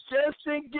Justin